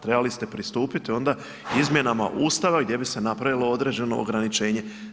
Trebali ste pristupiti onda izmjenama Ustava gdje bi se napravilo određeno ograničenje.